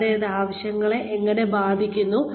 കൂടാതെ അത് ആവശ്യങ്ങളെ എങ്ങനെ ബാധിക്കുന്നു